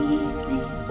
evening